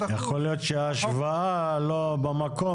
--- יכול להיות שההשוואה לא במקום,